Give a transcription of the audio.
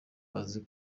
bazi